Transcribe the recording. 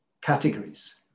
categories